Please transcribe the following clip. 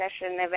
session